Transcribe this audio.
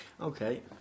Okay